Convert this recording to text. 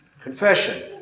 confession